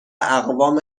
اقوام